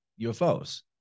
UFOs